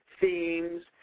themes